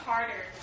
harder